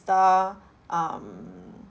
~ter um